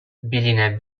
billionaire